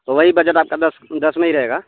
تو وہی بجٹ آپ کا دس دس میں ہی رہے گا